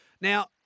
Now